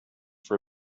for